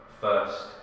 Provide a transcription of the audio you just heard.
first